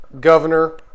governor